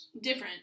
Different